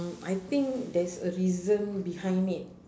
I think there's a reason behind it